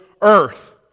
earth